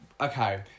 Okay